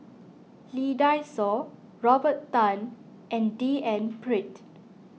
Lee Dai Soh Robert Tan and D N Pritt